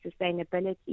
sustainability